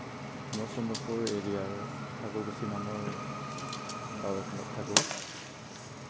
মই শোণিতপুৰ এৰিয়াৰ ঠাকুৰকুচি নামৰ গাঁও এখনত থাকোঁ